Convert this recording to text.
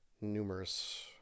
numerous